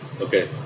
okay